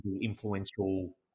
influential